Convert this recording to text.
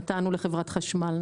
נתנו לחברת החשמל,